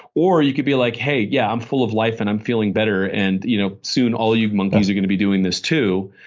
or you could be like, hey. yeah, i'm full of life and i'm feeling better and you know soon all you monkeys are going to be doing this too,